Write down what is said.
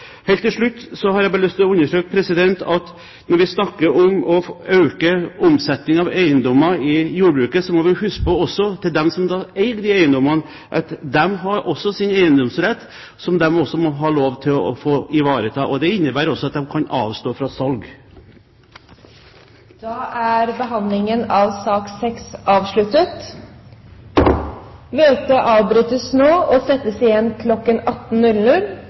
Helt til slutt har jeg bare lyst til å understreke at når vi snakker om å øke omsetningen av eiendommer i jordbruket, må vi huske på at de som eier disse eiendommene, også har sin eiendomsrett, som de må ha lov til å ivareta. Det innebærer også at de kan avstå fra salg. Da er behandlingen av sak nr. 6 avsluttet. Møtet avbrytes nå. Nytt møte settes kl. 18.